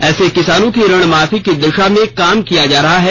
ऐसे किसानों की ऋण माफी की दिशा में काम किया जा रहा है